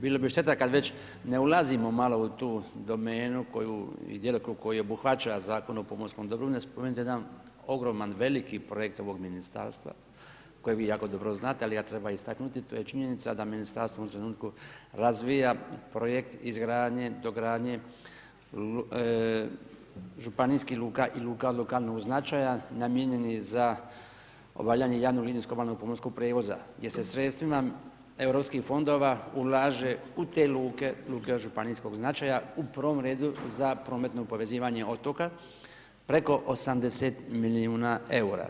Bilo bi šteta kad već ne ulazimo malo u tu domenu koju i djelokrug koji obuhvaća Zakon o pomorskom dobru ne spomenut jedan ogroman veliki projekt ovog Ministarstva kojeg vi jako dobro znate, ali ga treba istaknuti to je činjenica, da Ministarstvo u jednom trenutku razvija projekt izgradnje dogradnje županijskih luka i luka od lokalnog značaja namijenjenih za obavljanje javnog linijskog obalnog pomorskog prijevoza, gdje se sredstvima Europskih fondova ulaže u te luke, luke od županijskog značaja u prvom redu za prometno povezivanje otoka preko 80 milijuna eura.